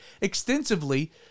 extensively